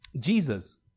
Jesus